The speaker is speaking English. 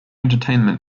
entertainment